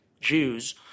Jews